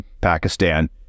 Pakistan